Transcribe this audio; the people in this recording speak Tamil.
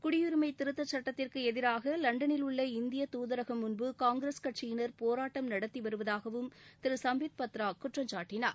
குடியுரினம திருத்த சுட்டத்திற்கு எதிராக லண்டனில் உள்ள இந்திய தூதரகம் முன்பு காங்கிரஸ் கட்சியினர் போராட்டம் நடத்திவருவதாகவும் திரு சம்பித் பத்ரா குற்றம் சாட்டினார்